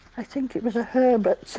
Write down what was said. i think it was a herbert